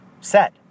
set